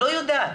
לא יודעת.